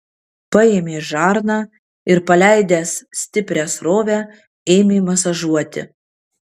paėmė žarną ir paleidęs stiprią srovę ėmė masažuoti